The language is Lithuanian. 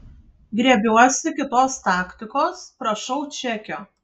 griebiuosi kitos taktikos prašau čekio